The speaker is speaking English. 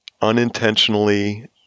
Unintentionally